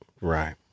right